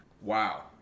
Wow